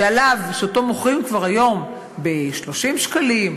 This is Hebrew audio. שאותו מוכרים כבר היום ב-30 שקלים,